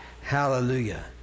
Hallelujah